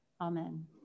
Amen